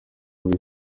muri